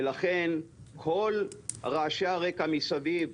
ולכן כל רעשי הרקע מסביב,